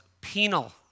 penal